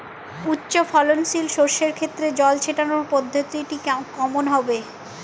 উচ্চফলনশীল শস্যের ক্ষেত্রে জল ছেটানোর পদ্ধতিটি কমন হবে?